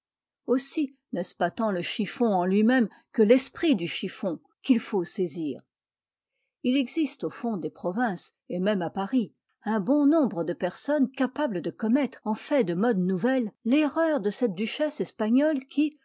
aussi n'est-ce pas tant le chiffon en lui-même que l'esprit du chiffon qu'il faut saisir il existe au fond des provinces et même à paris un bon nombre de personnes capables de commettre en fait de modes nouvelles l'erreur de cette duchesse espagnole qui